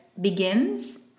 begins